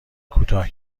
کوتاه